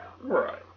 Right